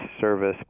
service